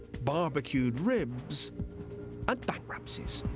barbecued ribs and bankruptcies.